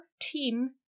team